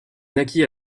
naquit